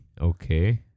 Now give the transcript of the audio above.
Okay